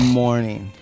morning